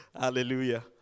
Hallelujah